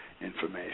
Information